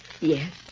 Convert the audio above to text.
Yes